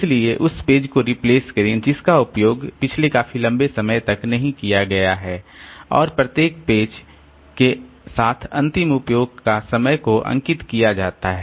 इसलिए उस पेज को रिप्लेस करें जिसका उपयोग पिछले काफी लंबे समय तक नहीं किया गया है और इसलिए प्रत्येक पेज के साथ अंतिम उपयोग का समय को अंकित किया जाता है